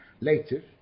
Later